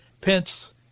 Pence